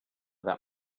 that